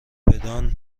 بدان